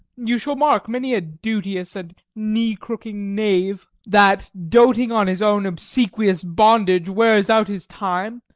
you shall mark many a duteous and knee-crooking knave that, doting on his own obsequious bondage, wears out his time,